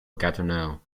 gatineau